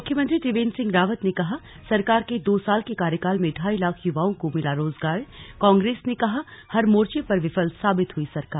मुख्यमंत्री त्रिवेंद्र सिंह रावत ने कहा सरकार के दो साल के कार्यकाल में ढाई लाख युवाओं को मिला रोजगारकांग्रेस ने कहा हर मोर्च पर विफल साबित हई सरकार